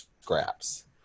scraps